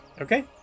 Okay